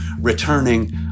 returning